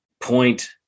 point